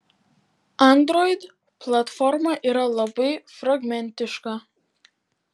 android platforma yra labai fragmentiška